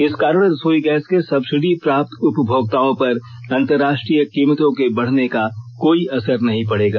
इस कारण रसोई गैस के सब्सिडी प्राप्त उपभोक्ताओं पर अंतर्राष्ट्रीय कीमतों के बढ़ने का कोई असर नहीं पड़ेगा